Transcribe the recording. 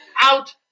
out